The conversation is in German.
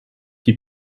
die